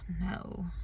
No